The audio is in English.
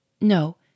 No